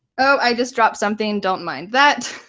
oh, i just dropped something. don't mind that.